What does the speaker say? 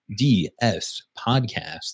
DSPODCAST